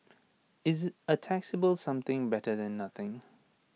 is A taxable something better than nothing